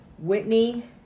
Whitney